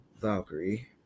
Valkyrie